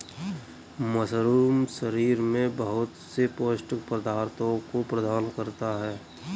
mushroom शरीर में बहुत से पौष्टिक पदार्थों को प्रदान करता है